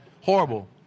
Horrible